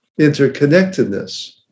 interconnectedness